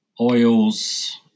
oils